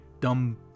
dumb